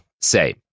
say